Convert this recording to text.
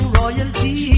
royalty